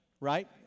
right